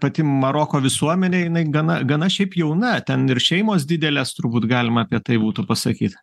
pati maroko visuomenė jinai gana gana šiaip jauna ten ir šeimos didelės turbūt galima apie tai būtų pasakyt